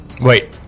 wait